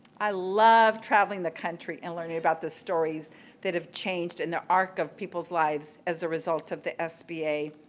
i love traveling the country and learning about the stories that have changed in the arc of people's lives as the result of the sba.